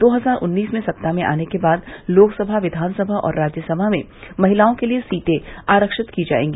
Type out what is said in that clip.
दो हजार उन्नीस में सत्ता में आने के बाद लोकसभा विघानसभा और राज्यसभा में महिलाओं के लिये सीटें आरक्षित की जायेंगी